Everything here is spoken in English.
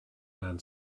man